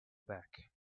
back